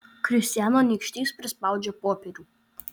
kristijano nykštys prispaudžia popierių